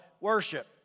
worship